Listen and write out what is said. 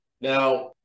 Now